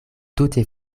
tute